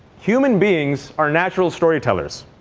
human beings are natural storytellers.